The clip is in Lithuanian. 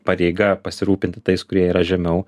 pareiga pasirūpinti tais kurie yra žemiau